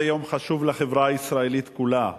זה יום חשוב לחברה הישראלית כולה,